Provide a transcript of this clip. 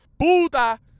puta